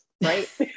right